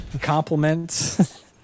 compliments